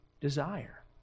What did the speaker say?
desire